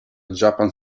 japan